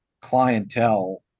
clientele